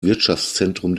wirtschaftszentrum